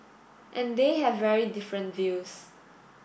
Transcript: and they have very different views